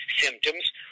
symptoms